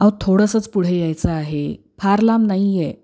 अहो थोडंसंच पुढे यायचं आहे फार लांब नाही आहे